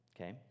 okay